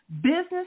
Business